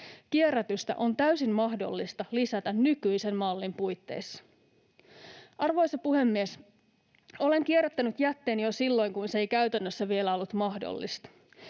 Kierrätystä on täysin mahdollista lisätä nykyisen mallin puitteissa. Arvoisa puhemies! Olen kierrättänyt jätteen jo silloin, kun se ei käytännössä vielä ollut mahdollista.